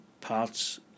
parts